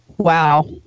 Wow